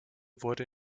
wurde